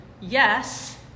yes